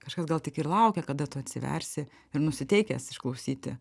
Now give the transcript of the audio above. kažkas gal tik ir laukia kada tu atsiversi ir nusiteikęs išklausyti